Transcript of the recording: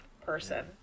person